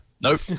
Nope